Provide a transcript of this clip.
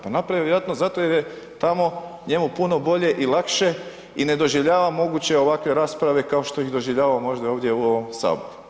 Pa napravio je vjerojatno zato jer je tamo njemu puno bolje i lakše i ne doživljava moguće ovakve rasprave kao što ih doživljava možda ovdje u ovom saboru.